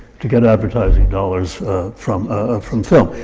to get advertising dollars from ah from film.